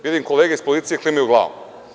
Vidim kolege iz policije klimaju glavom.